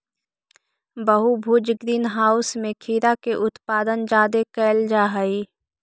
बहुभुज greenhouse में खीरा के उत्पादन जादे कयल जा हई